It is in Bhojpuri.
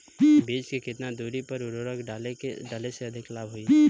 बीज के केतना दूरी पर उर्वरक डाले से अधिक लाभ होई?